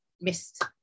missed